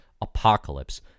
Apocalypse